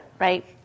right